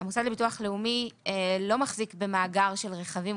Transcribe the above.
המוסד לביטוח לאומי לא מחזיק במאגר של רכבים,